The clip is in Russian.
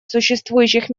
существующих